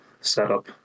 setup